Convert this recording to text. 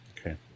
Okay